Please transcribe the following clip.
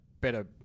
better